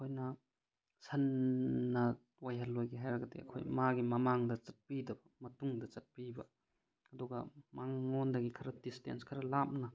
ꯑꯩꯈꯣꯏꯅ ꯁꯟꯅ ꯋꯥꯏꯍꯜꯂꯣꯏꯒꯦ ꯍꯥꯏꯔꯒꯗꯤ ꯑꯩꯈꯣꯏ ꯃꯥꯒꯤ ꯃꯃꯥꯡꯗ ꯆꯠꯄꯤꯗꯕ ꯃꯇꯨꯡꯗ ꯆꯠꯄꯤꯕ ꯑꯗꯨꯒ ꯃꯉꯣꯟꯗꯒꯤ ꯈꯔ ꯗꯤꯁꯇꯦꯟꯁ ꯈꯔ ꯂꯥꯞꯅ